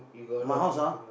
my house ah